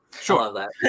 Sure